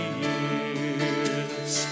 years